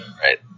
Right